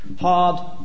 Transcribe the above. Hard